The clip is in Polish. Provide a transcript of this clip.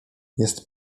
jest